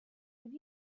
have